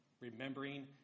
remembering